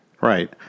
Right